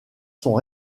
sont